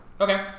Okay